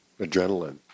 adrenaline